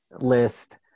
list